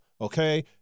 okay